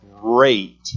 great